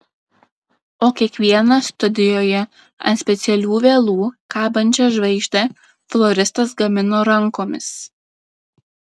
o kiekvieną studijoje ant specialių vielų kabančią žvaigždę floristas gamino rankomis